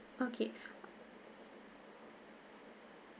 okay